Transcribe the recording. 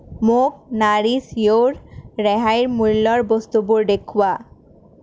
মোক নাৰিছ য়ুৰ ৰেহাইৰ মূল্যৰ বস্তুবোৰ দেখুওৱা